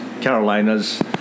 Carolinas